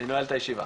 אני נועל את הישיבה.